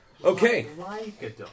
Okay